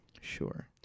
Sure